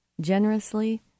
generously